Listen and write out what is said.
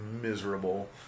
miserable